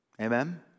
Amen